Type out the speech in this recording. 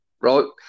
right